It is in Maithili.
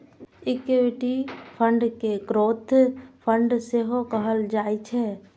इक्विटी फंड कें ग्रोथ फंड सेहो कहल जाइ छै